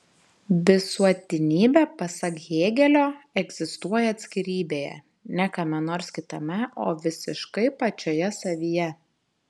visuotinybė pasak hėgelio egzistuoja atskirybėje ne kame nors kitame o visiškai pačioje savyje